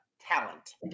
talent